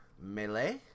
Melee